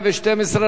מי בעד?